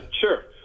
Sure